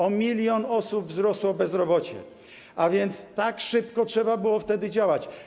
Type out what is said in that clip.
O 1 mln osób wzrosło bezrobocie, a więc tak szybko trzeba było wtedy działać.